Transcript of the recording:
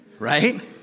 Right